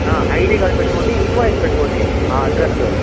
ID card పెట్టుకోండి invoice పెట్టుకోండి address